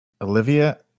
Olivia